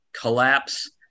collapse